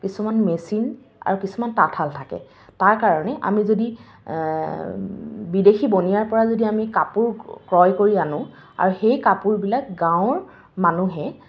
কিছুমান মেচিন আৰু কিছুমান তাঁতশাল থাকে তাৰ কাৰণে আমি যদি বিদেশী বনিয়াৰ পৰা যদি আমি কাপোৰ ক্ৰয় কৰি আনোঁ আৰু সেই কাপোৰবিলাক গাঁৱৰ মানুহে